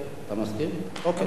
חבר הכנסת זחאלקה, בבקשה.